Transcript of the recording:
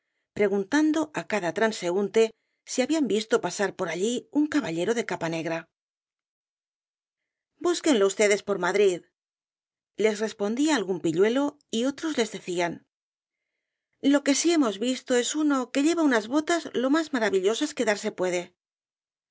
preguntando á cada transeúnte si habían visto pasar por allí un caballero de capa negra búsquenlo ustedes por madrid les respondía algiín pilluelo y otros les decían lo que sí hemos visto es uno que lleva unas botas lo más maravillosas que darse puede